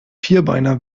vierbeiner